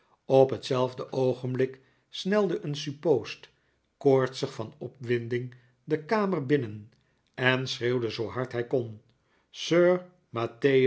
op hetzelfde oogenblik snelde een suppoost koortsig van op winding de kamer binnen en schreeuwde zoo hard hij kon